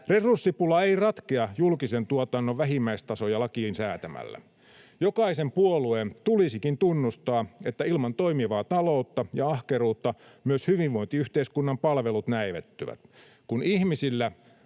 Resurssipula ei ratkea julkisen tuotannon vähimmäistasoja lakiin säätämällä. Jokaisen puolueen tulisikin tunnustaa, että ilman toimivaa taloutta ja ahkeruutta myös hyvinvointiyhteiskunnan palvelut näivettyvät. Kun ihmisillä